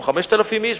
או 5,000 איש,